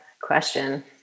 question